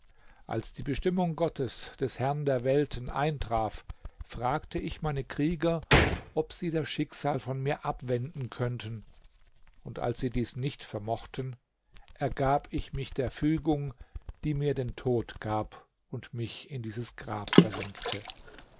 als die bestimmung gottes des herrn der welten eintraf fragte ich meine krieger ob sie das schicksal von mir abwenden könnten und als sie dies nicht vermochten ergab ich mich der fügung die mir den tod gab und mich in dieses grab versenkte